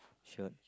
sure